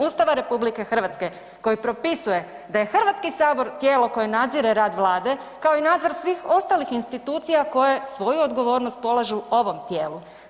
Ustava RH koji propisuje da je HS tijelo koje nadzire rad vlade, kao i nadzor svih ostalih institucija koje svoju odgovornost polažu ovom tijelu.